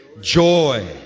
joy